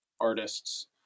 artists